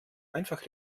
einfach